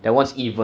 okay